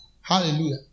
hallelujah